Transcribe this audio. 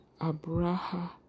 Abraha